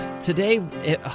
Today